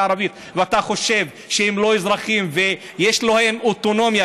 הערבית ואתה חושב שהם לא אזרחים ויש להם אוטונומיה,